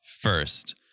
first